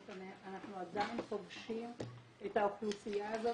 אנחנו עדיין --- את האוכלוסייה הזאת